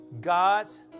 God's